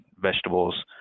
vegetables